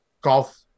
golf –